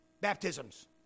baptisms